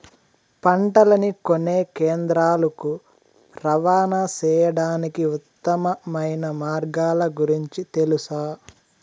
పంటలని కొనే కేంద్రాలు కు రవాణా సేయడానికి ఉత్తమమైన మార్గాల గురించి తెలుసా?